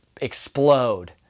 explode